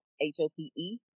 h-o-p-e